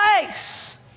place